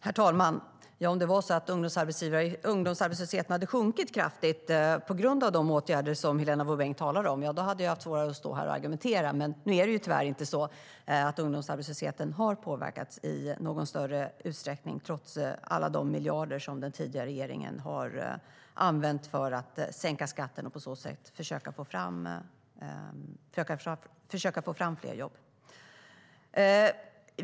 Herr talman! Om det vore så att ungdomsarbetslösheten hade sjunkit kraftigt tack vare de åtgärder som Helena Bouveng talar om hade jag haft svårare att stå här och argumentera. Men nu är det tyvärr inte så att ungdomsarbetslösheten har påverkats i någon större utsträckning, trots alla de miljarder som den tidigare regeringen har använt för att sänka skatten och på så sätt försöka få fram fler jobb.